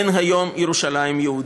אין היום ירושלים יהודית.